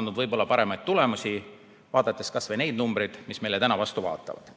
andnud võib-olla paremaid tulemusi, vaadates kasvõi neid numbreid, mis meile vastu vaatavad.